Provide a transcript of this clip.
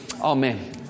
Amen